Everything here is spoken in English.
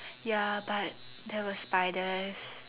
ya but there were spiders